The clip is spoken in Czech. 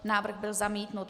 Návrh byl zamítnut.